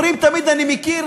אומרים תמיד, אני מכיר